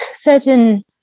certain